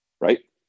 Right